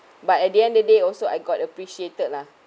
but at the end of the day also I got appreciated lah